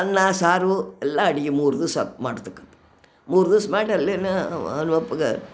ಅನ್ನ ಸಾರು ಎಲ್ಲ ಅಡಿಗೆ ಮೂರು ದಿವಸ ಮಾಡ್ತಿಕ್ಕೆ ಮೂರು ದಿವ್ಸ ಮಾಡಿ ಅಲ್ಲೆನ